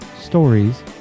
stories